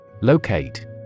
Locate